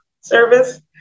service